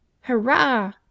Hurrah